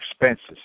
expenses